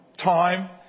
time